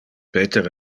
peter